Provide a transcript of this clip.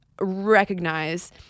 recognize